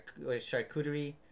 charcuterie